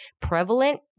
prevalent